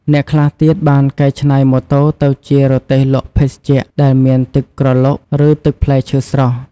អ្នកខ្លះទៀតបានកែច្នៃម៉ូតូទៅជា រទេះលក់ភេសជ្ជៈ ដែលមានទឹកក្រឡុក ឬទឹកផ្លែឈើស្រស់។